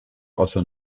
also